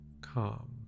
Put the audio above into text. calm